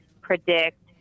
predict